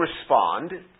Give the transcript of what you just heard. respond